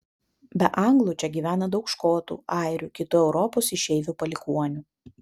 be anglų čia gyvena daug škotų airių kitų europos išeivių palikuonių